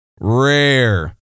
rare